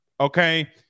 Okay